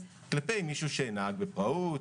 כלפי מישהו שנהג בפראות,